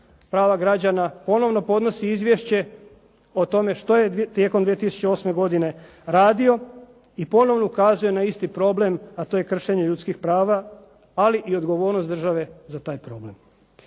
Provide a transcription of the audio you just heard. prava građana ponovno podnosi izvješće o tome što je tijekom 2008. godine radio i ponovno ukazuje na isti problem, a to je kršenje ljudskih prava, ali i odgovornost države za taj problem.